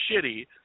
shitty